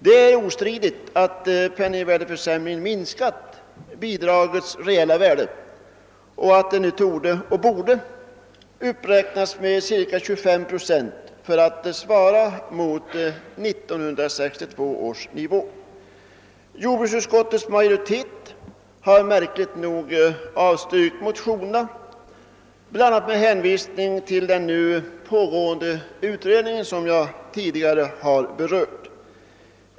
Det är ostridigt att penningvärdeförsämringen har minskat bidragens reella värde och att de nu borde uppräknas med ca 25 procent för att svara mot 1962 års nivå. Jordbruksutskottets majoritet har märkligt nog avstyrkt motionerna, bland annat med hänvisning till den nu pågående utredningen som jag tidigare har berört.